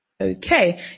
Okay